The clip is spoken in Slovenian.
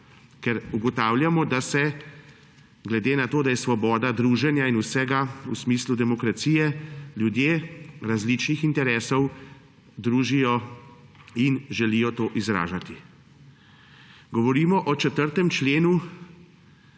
ker ugotavljamo, da se glede na to, da je svoboda druženja in vsega v smislu demokracije, ljudje različnih interesov družijo in želijo to izražati. Govorimo o 4. členu